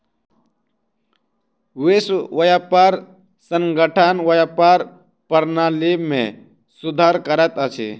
विश्व व्यापार संगठन व्यापार प्रणाली में सुधार करैत अछि